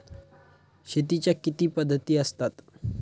शेतीच्या किती पद्धती असतात?